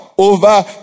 Over